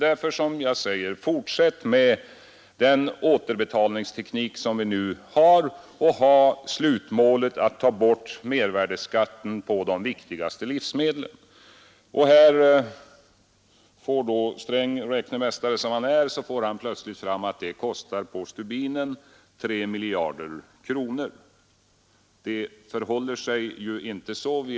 Därför säger jag: Fortsätt med den återbetalningsteknik vi nu har och ställ såsom slutmål att ta bort mervärdeskatten på de viktigaste livsmedlen. Här får då herr Sträng fram — räknemästare som han är — att det kostar ”på stubinen” 3 miljarder kronor. Men det förhåller sig inte så.